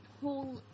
whole